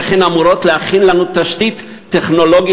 איך הן אמורות להכין לנו תשתית טכנולוגית